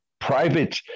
private